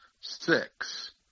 six